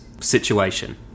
situation